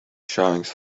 showings